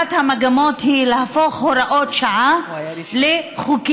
אחת המגמות היא להפוך הוראות שעה לחוקים.